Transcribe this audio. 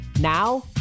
now